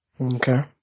Okay